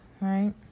right